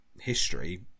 history